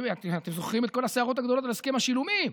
אתם זוכרים את כל הסערות הגדולות על הסכם השילומים.